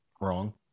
wrong